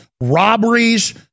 robberies